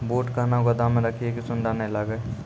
बूट कहना गोदाम मे रखिए की सुंडा नए लागे?